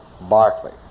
Barclay